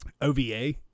OVA